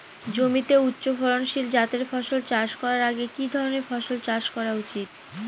জমিতে উচ্চফলনশীল জাতের ফসল চাষ করার আগে কি ধরণের ফসল চাষ করা উচিৎ?